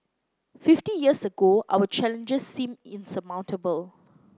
fifty years ago our challenges seemed insurmountable